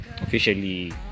officially